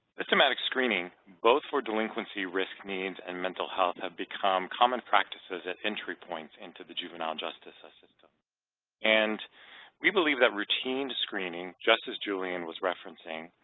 systematic screening, both for delinquency risk needs and mental health, have become common practices at entry points into the juvenile justice ah system and we believe that routined screening, just as julian was referencing,